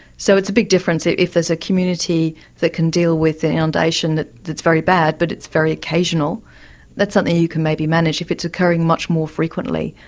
so it's a big difference if if there's a community that can deal with ah inundation that's very bad but it's very occasional that's something you can maybe manage if it's occurring much more frequently,